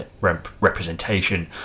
representation